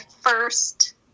first